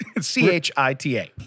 C-H-I-T-A